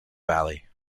valley